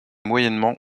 moyennement